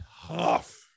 tough